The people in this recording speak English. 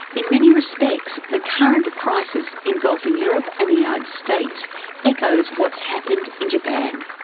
in many respects the current crisis engulfing europe and the united states echoes what's happened in japan.